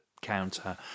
counter